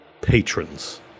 patrons